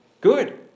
good